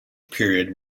period